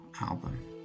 album